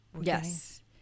Yes